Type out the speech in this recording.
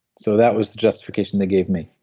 so that was the justification they gave me,